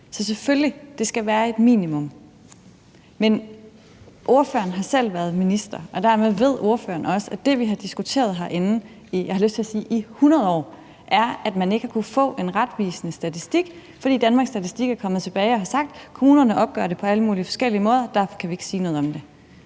selvfølgelig være på et minimum. Men ordføreren har selv været minister, og derved ved ordføreren også, at det, vi har diskuteret herinde i, jeg har lyst til at sige 100 år, er, at man ikke har kunnet få en retvisende statistik, fordi Danmarks Statistik er kommet tilbage og har sagt: Kommunerne opgør det på alle mulige forskellige måder, og derfor kan vi ikke sige noget om det.